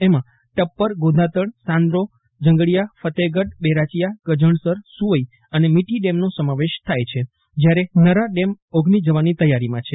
એમાં ટપ્પર ગોધાતડ સાન્દ્રોજંગડીયાકૃતેફગઢબેરાચીયા ગજણસર સુવઈ અને મિટી ડેમનો સમાવેશ થાય છે જ્યારે નરા ડેમ ઓગની જવાની તૈયારીમાં છે